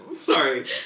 Sorry